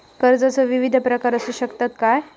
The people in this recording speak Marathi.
कर्जाचो विविध प्रकार असु शकतत काय?